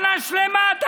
שנה שלמה אתה